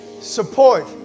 support